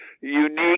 unique